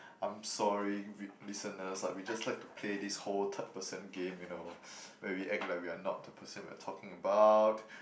I'm sorry listeners like we just like to play this whole third person game you know where we act like we are not the person we are talking about